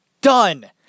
done